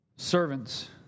Servants